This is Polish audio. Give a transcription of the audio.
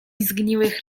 zgniłych